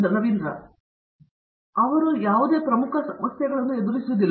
ರವೀಂದ್ರ ಗೆಟ್ಟು ಚೆನ್ನಾಗಿ ಅವರು ಯಾವುದೇ ಪ್ರಮುಖ ಸಮಸ್ಯೆಗಳನ್ನು ಎದುರಿಸುವುದಿಲ್ಲ